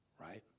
right